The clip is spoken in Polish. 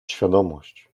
świadomość